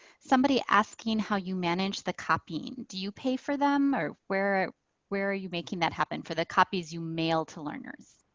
somebody asking how you manage the copying. do you pay for them or where where are you making that happen? for the copies you mail to learners.